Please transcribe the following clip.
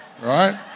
right